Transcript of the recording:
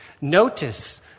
Notice